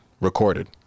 Recorded